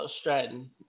Stratton